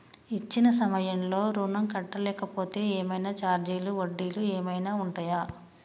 ఇచ్చిన సమయంలో ఋణం కట్టలేకపోతే ఏమైనా ఛార్జీలు వడ్డీలు ఏమైనా ఉంటయా?